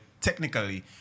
technically